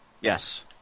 Yes